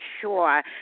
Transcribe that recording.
sure